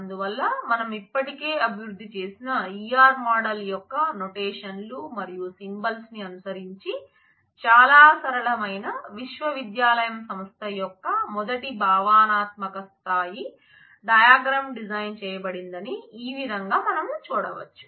అందువల్ల మనం ఇప్పటికే అభివృద్ధి చేసిన E R మోడల్ యొక్క నోటేషన్ లు మరియు సింబల్స్ ని అనుసరించి చాలా సరళమైన విశ్వవిద్యాలయ సంస్థ యొక్క మొదటి భావనాత్మక స్థాయి డయాగ్రమ్ డిజైన్ చేయబడిందని ఈ విధంగా మనం చూడవచ్చు